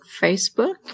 Facebook